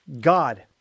God